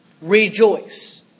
rejoice